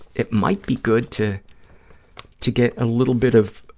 it might be good to to get a little bit of